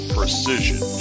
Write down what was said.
Precision